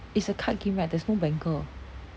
it's a card game right there's no banker